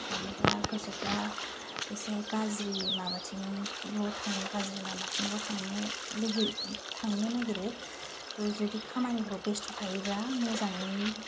थायोबा गोसोफ्रा एसे गाज्रि माबाथिंल' थाङो गाज्रि लामाथिंल' थाङो लुबैयो थांनो नागिरो जुदि खामानिफोराव बेस्थ' थायोब्ला मोजाङै